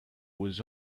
was